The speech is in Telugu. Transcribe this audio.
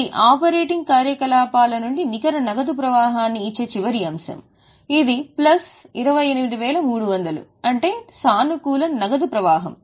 ఇది ఆపరేటింగ్ కార్యకలాపాల నుండి నికర నగదు ప్రవాహాన్ని ఇచ్చే చివరి అంశం ఇది ప్లస్ 28300 అంటే సానుకూల నగదు ప్రవాహం